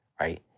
right